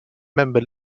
member